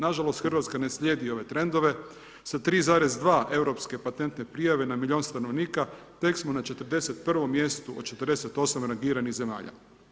Nažalost Hrvatska ne slijedi ove trendove, sa 3,2 Europske patentne prijave na milijun stanovnika, tek smo na 41. mjestu od 48 rangiranih zemalja.